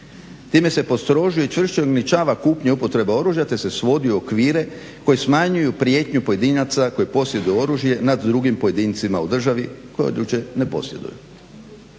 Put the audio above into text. Time se postrožuje i čvršće ograničava kupnja i upotreba oružja, te se svodi u okvire koji smanjuju prijetnju pojedinaca koji posjeduju oružje nad drugim pojedincima u državi koje …/Govornik se